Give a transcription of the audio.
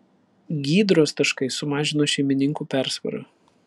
gydros taškai sumažino šeimininkų persvarą